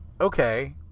okay